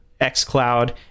xCloud